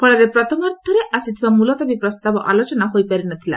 ଫଳରେ ପ୍ରଥମାର୍ଦ୍ଧରେ ଆସିଥିବା ମୁଲତବୀ ପ୍ରସ୍ତାବ ଆଲୋଚନା ହୋଇପାରି ନଥିଲା